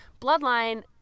Bloodline